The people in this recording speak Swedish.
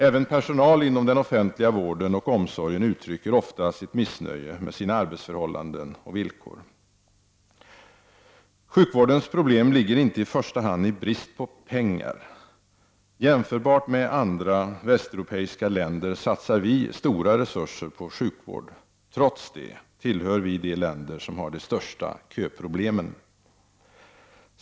Även personal inom den offentliga vården och omsorgen uttrycker ofta sitt missnöje med sina arbetsförhållanden och villkor. Sjukvårdens problem ligger inte i första hand i brist på pengar. I jämförelse med andra västeuropeiska länder satsar vi stora resurser på sjukvård. Trots det tillhör vi de länder som har de största köproblemen.